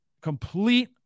complete